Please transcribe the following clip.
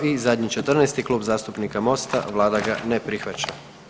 I zadnji, 14., Klub zastupnika Mosta, Vlada ga ne prihvaća.